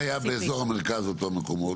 אם זה היה באזור המרכז אותם מקומות,